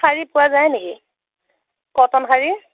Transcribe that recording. শাৰী পোৱা যায় নেকি কটন শাৰী